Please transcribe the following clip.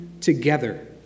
together